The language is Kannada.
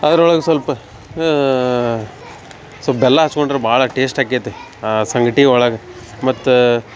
ಅದ್ರೊಳಗ ಸ್ವಲ್ಪ ಸ್ವಲ್ಪ ಬೆಲ್ಲ ಹಚ್ಕೊಂಡ್ರ ಭಾಳ ಟೇಶ್ಟ್ ಆಕ್ಯೆತೆ ಆ ಸಂಗಟಿ ಒಳಗೆ ಮತ್ತು